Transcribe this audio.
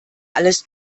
alles